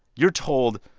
you're told,